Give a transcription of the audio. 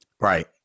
Right